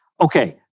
okay